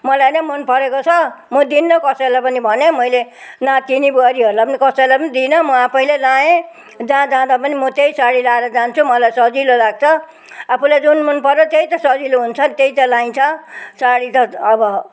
मलाई नै मनपरेको छ म दिन्न कसैलाई पनि भनेँ मैले नातिनी बुहारीहरूलाई पनि कसैलाई पनि दिइनँ म आफैले लगाएँ जहाँ जाँदा पनि म त्यही साडी लगाएर जान्छु मलाई सजिलो लाग्छ आफूलाई जुन मनपर्यो त्यही त सजिलो हुन्छ त्यही त लगाइन्छ साडी त अब